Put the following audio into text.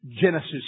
Genesis